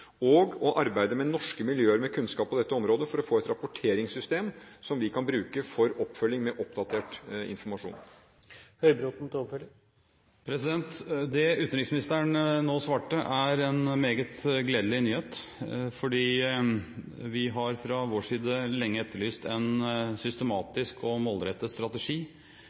og også å arbeide med norske miljøer med kunnskap på dette området for å få et rapporteringssystem som vi kan bruke for oppfølging med oppdatert informasjon. Det utenriksministeren nå svarte, er en meget gledelig nyhet, for vi har fra vår side lenge etterlyst en systematisk og målrettet strategi.